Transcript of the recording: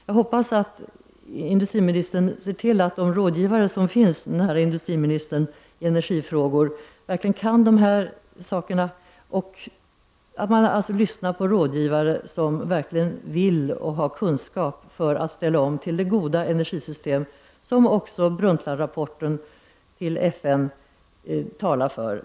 Jag hoppas att industriministern ser till att de rådgivare i energifrågor som finns nära honom verkligen kan dessa saker, och att han lyssnar på rådgivare som verkligen vill och har kunskap för att ställa om till det goda energisystem som man också talar för i Brundtlandrapporten till FN.